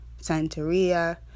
santeria